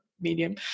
medium